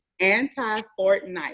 anti-Fortnite